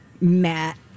Matt